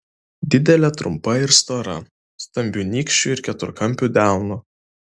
didelė trumpa ir stora stambiu nykščiu ir keturkampiu delnu